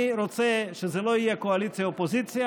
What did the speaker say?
אני רוצה שזה לא יהיה קואליציה אופוזיציה,